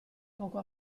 poco